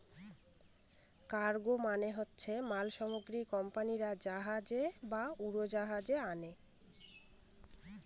cargo মানে হচ্ছে মাল সামগ্রী কোম্পানিরা জাহাজে বা উড়োজাহাজে আনে